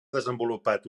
desenvolupat